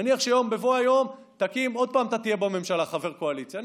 נניח שבבוא היום עוד פעם אתה תהיה חבר קואליציה בממשלה.